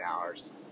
hours